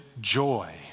joy